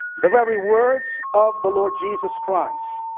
the very words of the lord jesus christ.